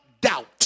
doubt